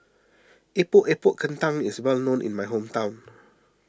Epok Epok Kentang is well known in my hometown